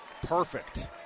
Perfect